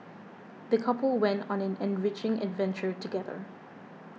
the couple went on an enriching adventure together